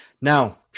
Now